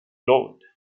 lowered